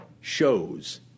shows